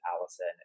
Allison